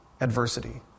adversity